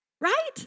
right